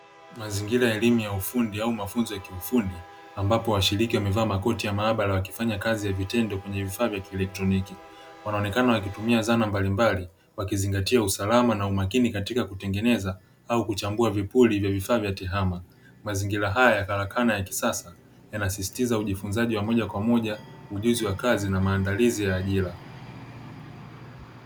Mazingira ya elimu ya ufundi au mafunzo ya kiufundi, ambapo washiriki wamevaa makoti ya maabara wakifanya kazi ya vitendo kwenye vifaa vya kielectroniki, wanaonekana wakitumia zana mbalimbali wakizingatia usalama na umakini katika kutengeneza au kuchambua vibuli vya vifaa vya tehama, mazingira haya ya karakana ya kisasa yanasisitiza ujifunzaji wa mmoja kwa mmoja, ujuzi wa kazi na maandalizi ya ajira.